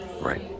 Right